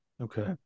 Okay